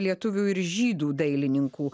lietuvių ir žydų dailininkų